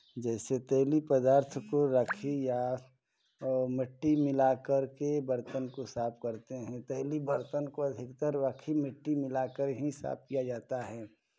जैसे तैलीय पदार्थ को राखी या मिट्टी मिला कर के बर्तन को साफ करते हैं तैलीय बर्तन को अधिकतर राखी मिट्टी मिलाकर ही साफ किया जाता है